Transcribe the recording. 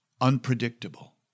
unpredictable